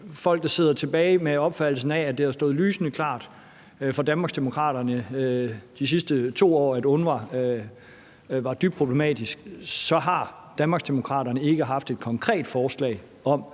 folk, der sidder tilbage med opfattelsen af, at det har stået lysende klart for Danmarksdemokraterne de sidste 2 år, at UNRWA var dybt problematisk – at Danmarksdemokraterne ikke har haft et konkret forslag om